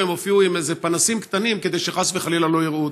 והן הופיעו עם איזה פנסים קטנים כדי שחס וחלילה לא יראו אותן.